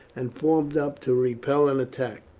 and formed up to repel an attack.